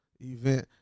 event